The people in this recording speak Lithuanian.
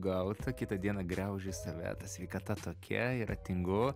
gaut o kitą dieną griauži save sveikata tokia yra tingu